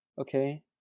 okay